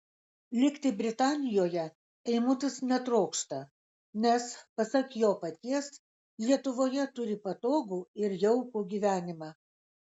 likti britanijoje eimutis netrokšta nes pasak jo paties lietuvoje turi patogų ir jaukų gyvenimą